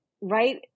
right